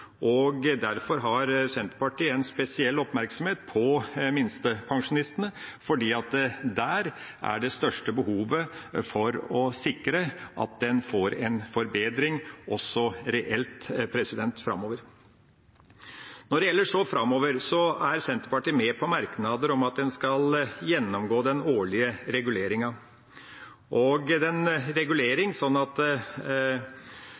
samfunnet. Derfor har Senterpartiet en spesiell oppmerksomhet på minstepensjonistene, for der er det største behovet for å sikre at en får en forbedring, også reelt, framover. Når det gjelder tida framover, er Senterpartiet med på merknader om at en skal gjennomgå den årlige reguleringa, en regulering sånn at